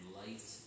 light